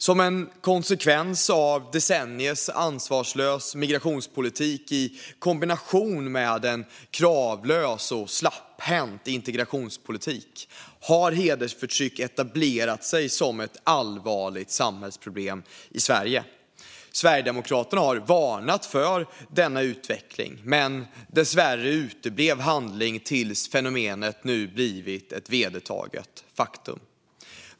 Som en konsekvens av decenniers ansvarslös migrationspolitik i kombination med en kravlös och slapphänt integrationspolitik har hedersförtryck etablerat sig som ett allvarligt samhällsproblem i Sverige. Sverigedemokraterna har varnat för denna utveckling. Men dessvärre uteblev handling tills fenomenet nu blivit ett vedertaget faktum.